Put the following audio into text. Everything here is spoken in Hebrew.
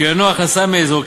שעניינו הכנסה מאזור,